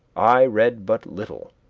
i read but little,